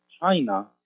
China